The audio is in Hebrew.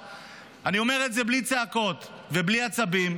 אני אומר את זה בלי צעקות ובלי עצבים,